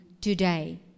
today